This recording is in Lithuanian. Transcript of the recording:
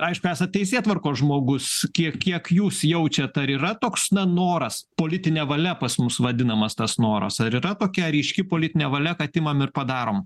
aišku esat teisėtvarkos žmogus kiek kiek jūs jaučiat ar yra toks noras politinė valia pas mus vadinamas tas noras ar yra tokia ryški politinė valia kad imam ir padarom